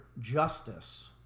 justice